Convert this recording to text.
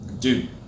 Dude